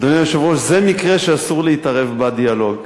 אדוני היושב-ראש, זה מקרה שאסור להתערב בדיאלוג.